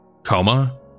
Coma